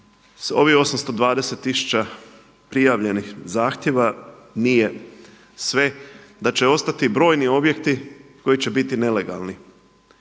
ovih 820 tisuća prijavljenih zahtjeva nije sve, da će ostati brojni objekti koji će biti nelegalni.